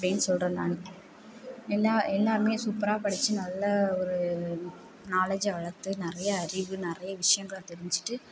அப்படினு சொல்றேன் நான் எல்லா எல்லோருமே சூப்பராக படித்து நல்ல ஒரு நாலேஜை வளர்த்து நிறைய அறிவு நிறைய விஷயங்கள தெரிஞ்சுகிட்டு